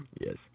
Yes